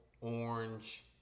orange